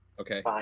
Okay